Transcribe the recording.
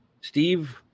Steve